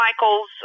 Michael's